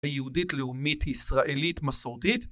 היהודית לאומית ישראלית מסורתית